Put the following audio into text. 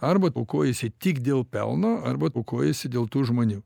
arba aukojiesi tik dėl pelno arba aukojiesi dėl tų žmonių